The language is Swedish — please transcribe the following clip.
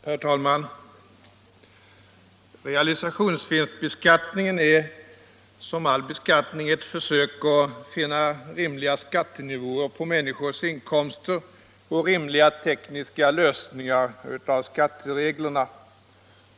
Herr talman! Realisationsvinstbeskattningen är som all beskattning ett försök att finna rimliga skattenivåer på människors inkomster och rimliga tekniska lösningar av skattereglerna.